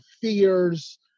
fears